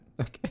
Okay